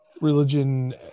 religion